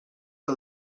que